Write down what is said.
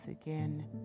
again